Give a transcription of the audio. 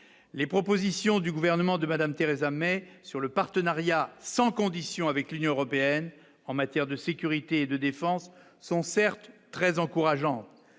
les propositions du gouvernement de Madame Theresa May sur le partenariat sans conditions avec l'Union européenne en matière de sécurité et de défense sont certes très encourageante